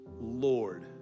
Lord